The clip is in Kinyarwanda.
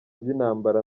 by’intambara